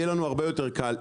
יהיה לנו הרבה יותר קל,